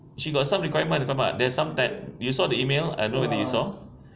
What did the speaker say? she got some requirement kau nampak there's some that you saw the email I know did you saw